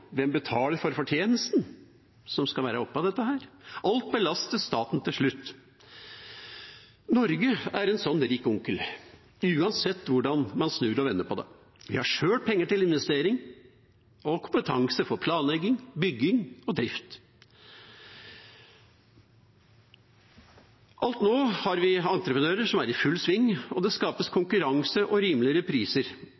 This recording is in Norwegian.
Hvem betaler for fortjenesten som skal være oppå dette? Alt belastes staten til slutt. Norge er en slik rik onkel uansett hvordan man snur og vender på det. Vi har sjøl penger til investering og kompetanse for planlegging, bygging og drift. Alt nå har vi entreprenører som er i full sving, og det skapes